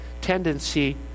tendency